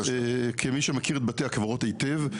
כמי שמכיר את בתי הקברות היטב.